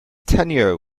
tenure